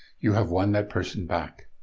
you have won that person back.